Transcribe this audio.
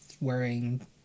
wearing